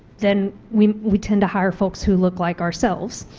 then we we tend to hire folks who look like ourselves.